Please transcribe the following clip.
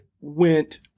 went